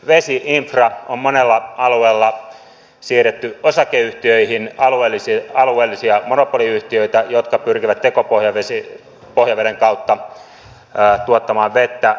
vesi infra on monella alueella siirretty osakeyhtiöihin ja ne alueellisia monopoliyhtiöitä jotka pyrkivät tekopohjaveden kautta tuottamaan vettä